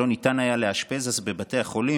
שלא ניתן היה לאשפזם אז בבתי החולים